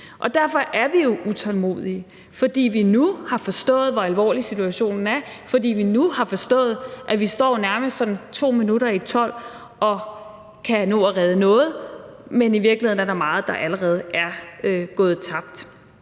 Derfor er vi jo utålmodige, fordi vi nu har forstået, hvor alvorlig situationen er, og fordi vi nu har forstået, at vi nærmest står sådan to minutter i tolv og kan nå at redde noget, men at der i virkeligheden er meget, der allerede er gået tabt.